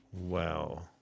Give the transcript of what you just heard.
Wow